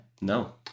No